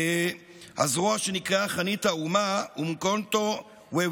הזרוע שנקראה "חנית האומה", אומקונטו וו